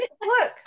look